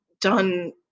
done